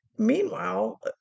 Meanwhile